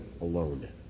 alone